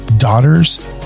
daughter's